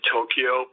Tokyo